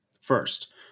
First